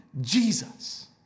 Jesus